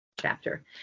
chapter